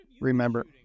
remember